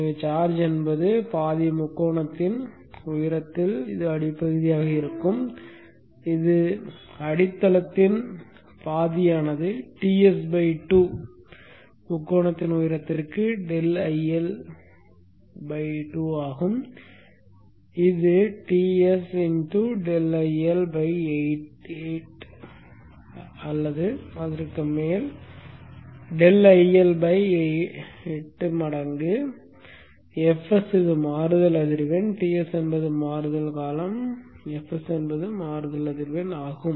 எனவே சார்ஜ் என்பது பாதி முக்கோணத்தின் உயரத்தில் அடிப்பகுதியாக இருக்கும் இது அடித்தளத்தின் பாதியானது Ts 2 முக்கோணத்தின் உயரத்திற்கு ∆IL 2 ஆகும் இது Ts∆IL 8 அல்லது அதற்கு மேல் ∆IL 8 மடங்கு fs இது மாறுதல் அதிர்வெண் Ts என்பது மாறுதல் காலம் fs என்பது மாறுதல் அதிர்வெண் ஆகும்